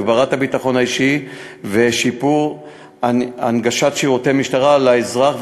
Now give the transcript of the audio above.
הגברת הביטחון האישי ושיפור הנגשת שירותי משטרה לאזרח,